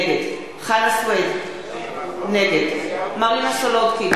נגד חנא סוייד, נגד מרינה סולודקין,